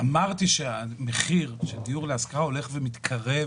אמרתי שהמחיר של דיור להשכרה הולך ומתקרב